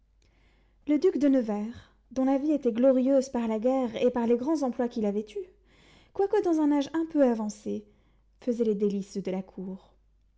le duc de nevers dont la vie était glorieuse par la guerre et par les grands emplois qu'il avait eus quoique dans un âge un peu avancé faisait les délices de la cour